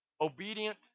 obedient